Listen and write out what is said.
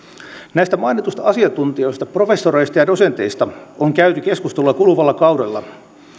näistä mainituista asiantuntijoista professoreista ja dosenteista on käyty keskustelua kuluvalla kaudella